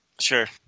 Sure